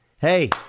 hey